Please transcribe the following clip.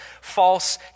false